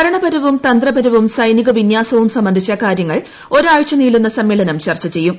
ഭരണപരവും തന്ത്രപരവൂർ സൈനികവിന്യാസവും സംബന്ധിച്ച കാര്യങ്ങൾ ഒരാഴ്ച നീളുന്ന സമ്മേളനം ചർച്ച ചെയ്യും